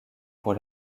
pour